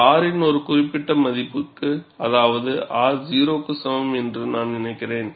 இது R இன் ஒரு குறிப்பிட்ட மதிப்புக்கு அதாவது R 0 க்கு சமம் என்று நான் நினைக்கிறேன்